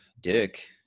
Dick